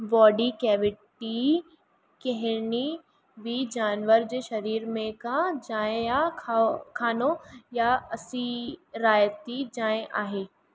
body cavity कहनी ॿी जानवर जे शरीर में का जाइ या खा ख़ानो या असिरायती जाइ आहे